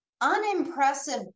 unimpressive